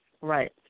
Right